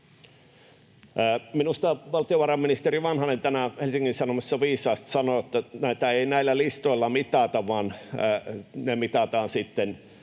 Minusta valtiovarainministeri Vanhanen tänään Helsingin Sanomissa viisaasti sanoi, että näitä ei näillä listoilla mitata eikä tämä